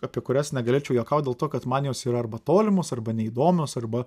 apie kurias negalėčiau juokaut dėl to kad man jos yra arba tolimos arba neįdomios arba